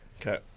Okay